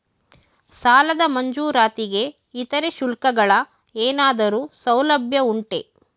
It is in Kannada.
ಸಾಲದ ಮಂಜೂರಾತಿಗೆ ಇತರೆ ಶುಲ್ಕಗಳ ಏನಾದರೂ ಸೌಲಭ್ಯ ಉಂಟೆ?